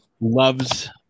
loves